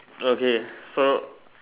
okay so